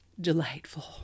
delightful